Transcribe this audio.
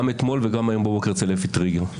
אתמול וגם היום בבוקר אצל אפי טריגר.